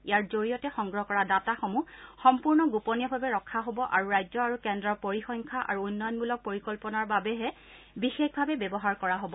ইয়াৰ জৰিয়তে সংগ্ৰহ কৰা ডাটাসমূহ সম্পূৰ্ণ গোপনীয়ভাৱে ৰখা হ'ব আৰু ৰাজ্য আৰু কেন্দ্ৰৰ পৰিসংখ্যা আৰু উন্নয়নমূলক পৰিকল্পনাৰ বাবেহে বিশেষভাৱে ব্যৱহাৰ কৰা হ'ব